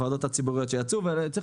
הוועדות הציבוריות שיצאו ממנו.